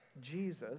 Jesus